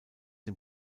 den